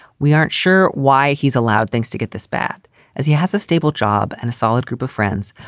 we aren't sure why he's allowed things to get this bad as he has a stable job and a solid group of friends.